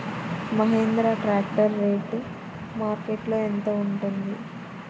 Mahindra tractor rate మార్కెట్లో యెంత ఉంటుంది?